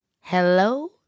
Hello